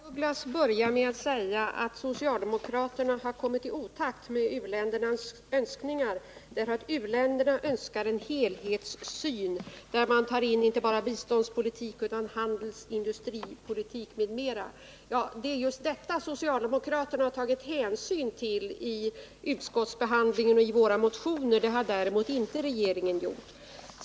Herr talman! Margaretha af Ugglas började med att säga att socialdemokraterna har kommit i otakt med u-ländernas önskningar därför att uländerna önskar en helhetssyn där man inte bara tar in biståndspolitik utan också handelsoch industripolitik m.m. Det är just detta som socialdemokraterna har tagit hänsyn till i utskottsbehandlingen och i sina motioner. Det har däremot inte regeringen gjort.